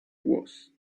was